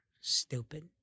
Stupid